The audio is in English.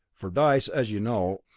for dice, as you know,